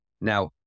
Now